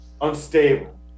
Unstable